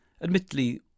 admittedly